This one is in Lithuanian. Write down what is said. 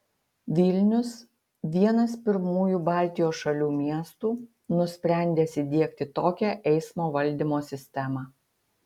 vilnius vienas pirmųjų baltijos šalių miestų nusprendęs įdiegti tokią eismo valdymo sistemą